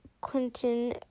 quentin